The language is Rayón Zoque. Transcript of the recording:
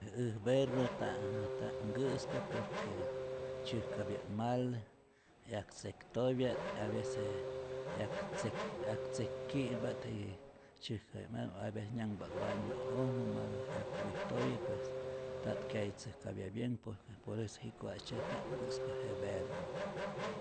Äj berru nta nta't nkä'spa por que tzyäjkapya't mal, 'yak tzektoyat, a vece 'yak 'yak tzek ki'mpa't, y tzäjkapya't mal, a vece nyanhpa't bañu'ojmä matä 'yak wijtoye, pues nta't kyae tzäjkapya bien, por que por eso jiko'astzye nta't nkä'spa je berru.